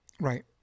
Right